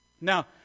Now